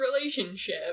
relationship